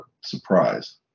surprise